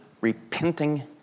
repenting